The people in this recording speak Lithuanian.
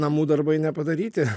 namų darbai nepadaryti